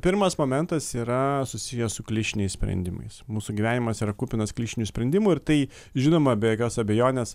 pirmas momentas yra susijęs su klišiniais sprendimais mūsų gyvenimas yra kupinas klišinių sprendimų ir tai žinoma be jokios abejonės